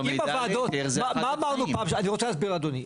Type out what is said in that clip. אני רוצה להסביר אדוני.